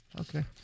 Okay